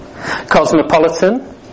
cosmopolitan